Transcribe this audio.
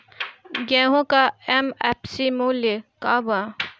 गेहू का एम.एफ.सी मूल्य का बा?